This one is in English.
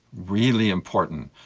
really important.